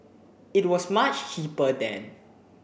it was much cheaper then